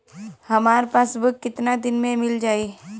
हमार पासबुक कितना दिन में मील जाई?